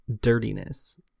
dirtiness